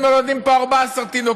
אז אתם עכשיו מלמדים אותנו על מה זה חשוב?